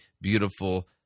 beautiful